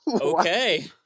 Okay